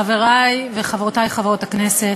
חברי וחברותי חברות הכנסת,